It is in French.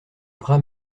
bras